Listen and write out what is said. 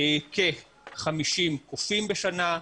כ-50 קופים בשנה,